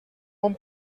bon